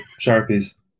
Sharpies